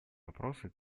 вопросы